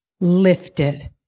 lifted